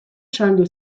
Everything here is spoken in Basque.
saldu